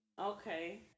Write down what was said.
Okay